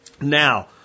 Now